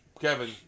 Kevin